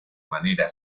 manera